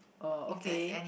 oh okay